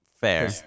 Fair